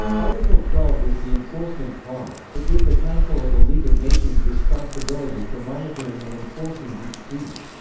article twelve was the enforcement clause it gave the council of the league of nations responsibility for monitoring and enforcing each treaty.